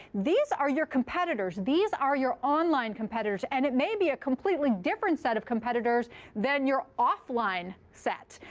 these are your competitors. these are your online competitors. and it may be a completely different set of competitors than your offline set.